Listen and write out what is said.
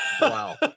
Wow